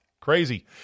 Crazy